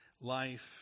life